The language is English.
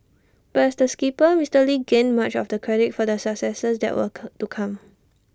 but as the skipper Mister lee gained much of the credit for the successes that were cur to come